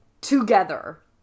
Together